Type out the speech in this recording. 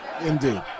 indeed